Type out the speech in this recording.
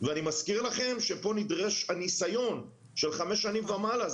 ואני מזכיר לכם שפה נדרש הניסיון של חמש שנים ומעלה.